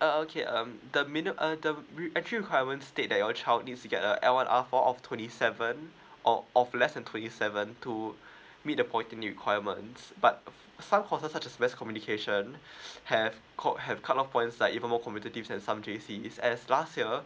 uh okay um the minim~ uh the re~ actually requirement state that your child need to get a L one R four of twenty seven or of less than twenty seven to meet the polytechnic requirements but some courses such as mass communication have called have cut off points like even more competitive than some J_C as last year